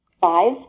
Five